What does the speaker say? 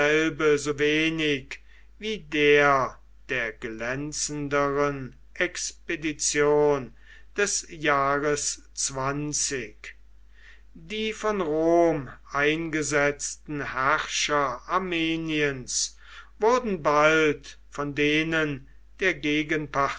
so wenig wie der der glänzenderen expedition des jahres die von rom eingesetzten herrscher armeniens wurden bald von denen der